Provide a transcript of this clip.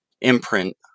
imprint